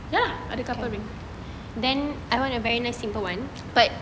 ya ada couple ring